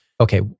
okay